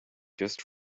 just